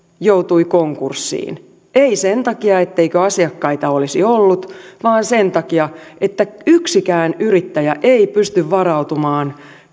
joutui konkurssiin ei sen takia etteikö asiakkaita olisi ollut vaan sen takia että yksikään yrittäjä ei pysty varautumaan